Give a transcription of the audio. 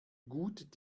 gut